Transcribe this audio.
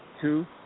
Two